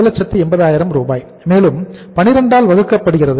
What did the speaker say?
180000 மேலும் 12 ஆல் வகுக்கப்படுகிறது